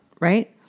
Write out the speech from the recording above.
right